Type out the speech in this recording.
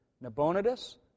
Nabonidus